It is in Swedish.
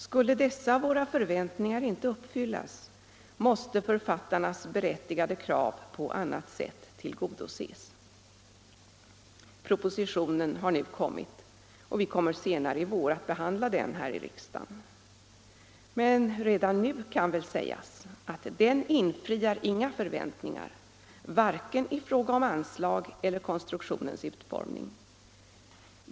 Skulle dessa våra förväntningar inte uppfyllas, måste författarnas berättigade krav på annat sätt tillgodoses.” Propositionen har nu kommit, och vi kommer senare i vår att behandla den här i riksdagen, men redan nu kan väl sägas att den infriar inga förväntningar, vare sig i fråga om anslag eller konstruktionens utform ning.